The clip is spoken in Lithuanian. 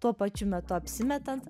tuo pačiu metu apsimetant